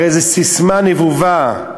הרי זו ססמה נבובה.